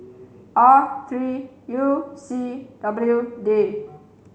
R three U C W D